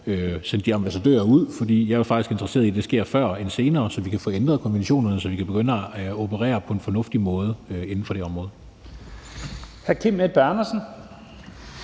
sendt de ambassadører ud, for jeg er jo faktisk interesseret i, at det sker før end senere, så vi kan få ændret konventionerne, og så vi kan begynde at operere på en fornuftig måde inden for det område. Kl. 11:21 Første